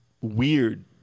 weird